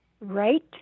right